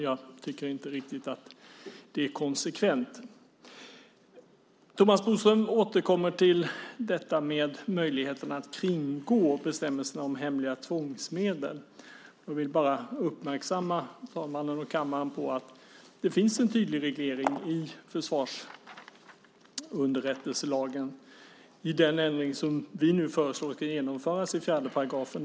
Jag tycker inte riktigt att det är konsekvent. Thomas Bodström återkommer till detta med möjligheterna att kringgå bestämmelserna om hemliga tvångsmedel. Jag vill bara uppmärksamma talmannen och kammaren på att det finns en tydlig reglering i försvarsunderrättelselagen i den ändring som vi nu föreslår ska genomföras i 4 §.